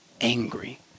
angry